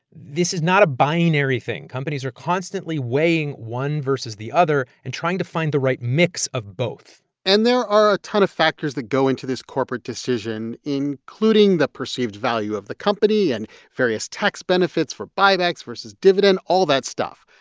this is not a binary thing. companies are constantly weighing one versus the other and trying to find the right mix of both and there are a ton of factors that go into this corporate decision, including the perceived value of the company and various tax benefits for buybacks versus dividend all that stuff.